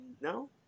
No